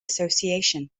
association